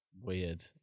weird